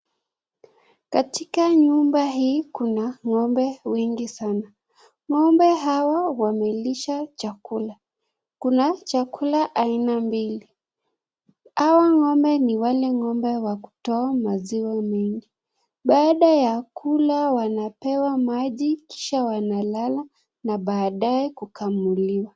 Katika nyumba hii kuna ng'ombe wengi sana, ng'ombe hawa wamelisha chakula Kuna chakula aina mbili. Hawa ng'ombe ni wale ng'ombe wa kutoa maziwa mingi. Baada ya kula wanaPewa maji Kisha wanalala na baadaye kukamuluwa.